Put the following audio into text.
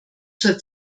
zur